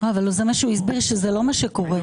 הוא הסביר שזה לא מה שקורה.